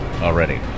already